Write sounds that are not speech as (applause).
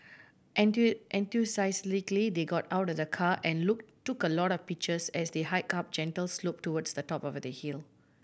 (unintelligible) enthusiastically they got out of the car and look took a lot of pictures as they hiked up gentle slope towards the top of the hill